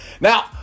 Now